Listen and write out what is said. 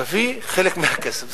תביא חלק מהכסף,